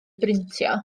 brintio